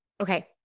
Okay